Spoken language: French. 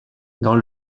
dans